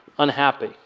Unhappy